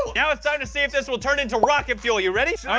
now it's time to see if this will turn into rocket fuel, you ready? so